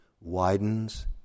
widens